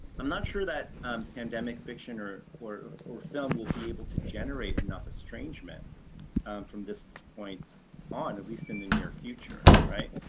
i'm not sure that pandemic fiction or or film will be able to generate enough estrangement from this point on at least in the near future, right?